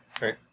Right